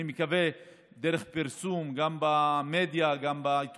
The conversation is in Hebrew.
אני מקווה להגיע דרך פרסום, גם במדיה, גם בעיתונות